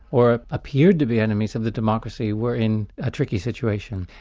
or appeared to be enemies of the democracy were in a tricky situation.